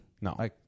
No